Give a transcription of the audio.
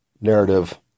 narrative